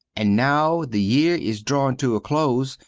and now the yere is drawing to a close,